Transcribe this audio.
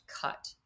cut